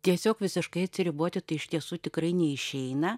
tiesiog visiškai atsiriboti tai iš tiesų tikrai neišeina